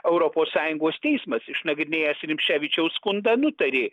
europos sąjungos teismas išnagrinėjęs rimševičiaus skundą nutarė